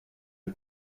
are